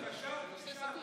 בבקשה, תשאל.